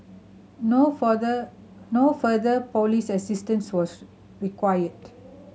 no further no further police assistance was required